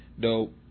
dope